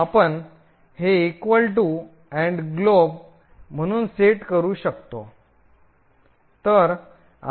आपण हे equal to glob म्हणून सेट करू शकतो